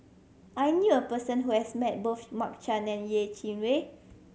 I knew a person who has met both Mark Chan and Yeh Chi Wei